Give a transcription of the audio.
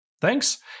Thanks